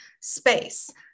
space